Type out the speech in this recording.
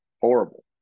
horrible